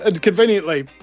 Conveniently